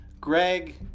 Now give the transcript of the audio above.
Greg